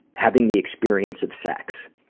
having the experience of sex.